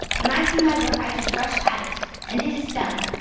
when i see my work, i just rush at it and it is done.